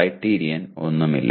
criterion ഒന്നുമില്ല